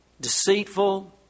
deceitful